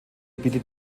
bietet